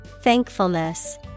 Thankfulness